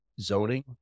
zoning